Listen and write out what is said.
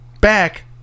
Back